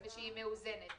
תיתנו להם הלוואות.